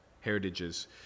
heritages